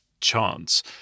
chance